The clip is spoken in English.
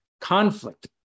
Conflict